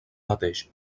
mateix